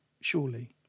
surely